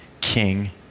king